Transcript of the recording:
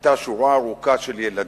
היתה שורה ארוכה של ילדים.